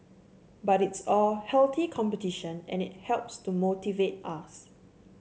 but it's all healthy competition and it helps to motivate us